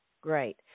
Great